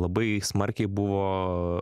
labai smarkiai buvo